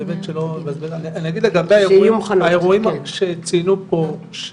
אני אגיד לגבי האירועים שצוינו פה,